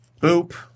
Boop